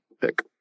pick